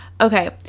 Okay